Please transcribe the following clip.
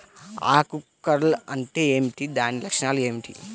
ఆకు కర్ల్ అంటే ఏమిటి? దాని లక్షణాలు ఏమిటి?